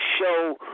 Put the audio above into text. show